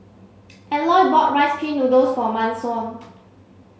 Eloy bought rice pin noodles for Manson